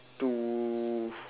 to